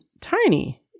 tiny